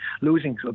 losing